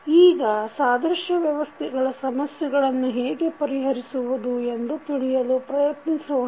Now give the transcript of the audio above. ಈಗ ಸಾದೃಶ್ಯ ವ್ಯವಸ್ಥೆಯ ಸಮಸ್ಯೆಗಳನ್ನು ಹೇಗೆ ಪರಿಹರಿದುವುದು ಎಂದು ತಿಳಿಯಲು ಪ್ರಯತ್ನಿಸೋಣ